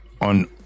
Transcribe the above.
on